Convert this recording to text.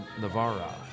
Navarra